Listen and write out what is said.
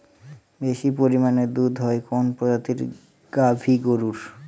বেশি পরিমানে দুধ হয় কোন প্রজাতির গাভি গরুর?